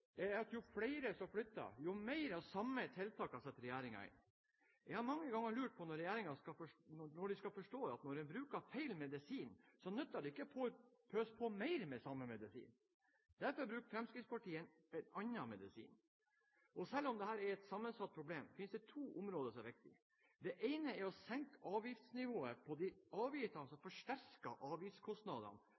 flyttestrømmen er at jo flere som flytter, jo mer av de samme tiltakene setter regjeringen inn. Jeg har mange ganger lurt på når regjeringen skal forstå at når en bruker feil medisin, nytter det ikke å pøse på mer av samme medisin. Derfor bruker Fremskrittspartiet en annen medisin. Og selv om dette er et sammensatt problem, finnes det to områder som er viktige. Det ene er å senke avgiftsnivået på de avgiftene som forsterker avgiftskostnadene